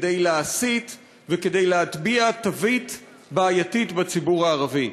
כדי להסית וכדי להטביע תווית בעייתית בציבור הערבי.